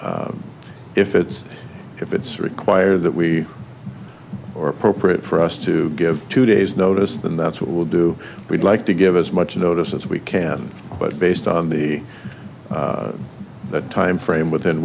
if it's if it's require that we are appropriate for us to give two days notice then that's what we'll do we'd like to give as much notice as we can but based on the time frame within